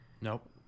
nope